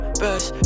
best